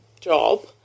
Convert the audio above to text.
job